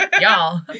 y'all